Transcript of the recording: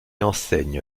enseigne